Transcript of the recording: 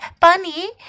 Bunny